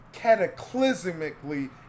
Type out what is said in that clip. cataclysmically